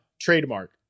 trademark